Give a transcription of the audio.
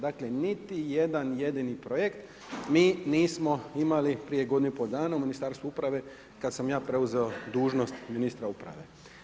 Dakle, niti jedan jedini projekt, mi nismo imali prije godinu i pol dana u Ministarstvu uprave, kada sam ja preuzeo dužnost ministra uprave.